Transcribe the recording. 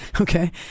Okay